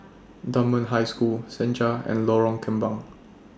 Dunman High School Senja and Lorong Kembang